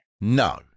No